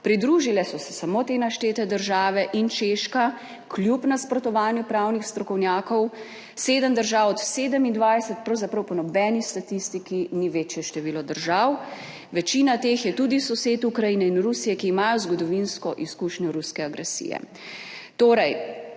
Pridružile so se samo te naštete države in Češka, kljub nasprotovanju pravnih strokovnjakov. 7 držav od 27 pravzaprav po nobeni statistiki ni večje število držav. Večina teh je tudi sosed Ukrajine in Rusije, ki imajo zgodovinsko izkušnjo ruske agresije. Torej,